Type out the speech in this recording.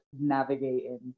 navigating